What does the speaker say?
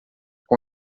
com